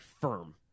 firm